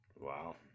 Wow